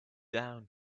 down